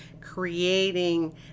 creating